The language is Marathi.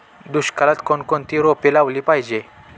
दुष्काळात कोणकोणती रोपे लावली पाहिजे?